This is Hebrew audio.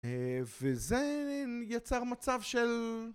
אה... וזה יצר מצב של...